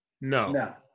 No